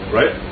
right